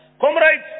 Comrades